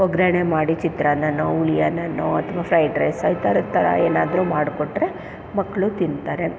ಒಗ್ಗರಣೆ ಮಾಡಿ ಚಿತ್ರಾನ್ನನೋ ಹುಳಿಯನ್ನನೋ ಅಥವಾ ಫ್ರೈಡ್ ರೈಸ್ ಈ ಥರ ಈ ಥರ ಏನಾದರೂ ಮಾಡಿಕೊಟ್ರೆ ಮಕ್ಕಳು ತಿಂತಾರೆ